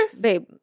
babe